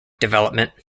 development